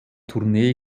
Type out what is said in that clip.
tournee